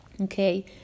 okay